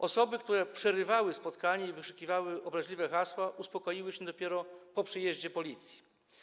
Osoby, które przerywały spotkanie i wykrzykiwały obraźliwe hasła, uspokoiły się dopiero po przyjeździe policji.